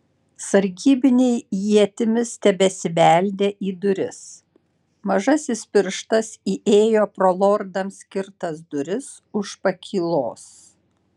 sargybiniai ietimis tebesibeldė į duris mažasis pirštas įėjo pro lordams skirtas duris už pakylos